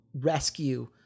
rescue